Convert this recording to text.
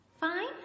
Fine